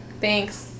Thanks